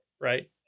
Right